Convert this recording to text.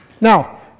Now